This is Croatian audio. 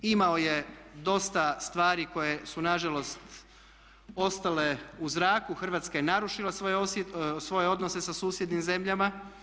Imao je dosta stvari koje su nažalost ostale u zraku, Hrvatska je narušila svoje odnose sa susjednim zemljama.